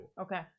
Okay